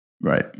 right